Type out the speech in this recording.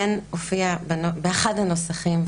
באחד הנוסחים הופיע,